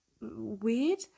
weird